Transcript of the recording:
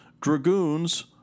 Dragoons